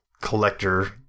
collector